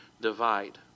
divide